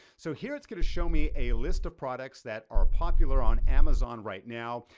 so here it's gonna show me a list of products that are popular on amazon right now.